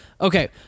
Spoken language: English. Okay